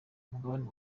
umugabane